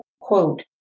quote